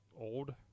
old